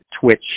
Twitch